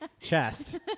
chest